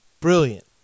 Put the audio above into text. brilliant